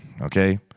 okay